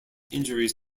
injuries